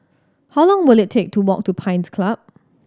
how long will it take to walk to Pines Club